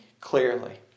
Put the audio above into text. clearly